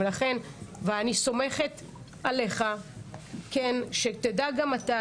אני סומכת עליך שתדע גם אתה,